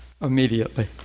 immediately